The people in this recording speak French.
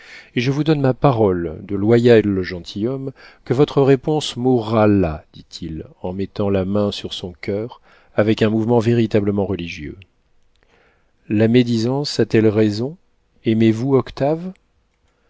et je vous donne ma parole de loyal gentilhomme que votre réponse mourra là dit-il en mettant la main sur son coeur avec un mouvement véritablement religieux la médisance a-t-elle raison aimez-vous octave